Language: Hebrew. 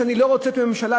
שאני לא רוצה בממשלה,